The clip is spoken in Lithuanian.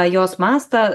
jos mastą